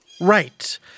Right